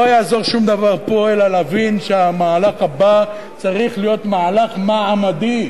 לא יעזור שום דבר פה אלא להבין שהמהלך הבא צריך להיות מהלך מעמדי,